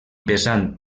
pesant